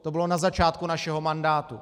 To bylo na začátku našeho mandátu.